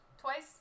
Twice